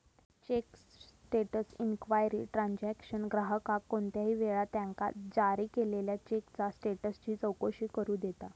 check status inquiry transaction ग्राहकाक कोणत्याही वेळी त्यांका जारी केलेल्यो चेकचा स्टेटसची चौकशी करू देता